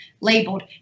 labeled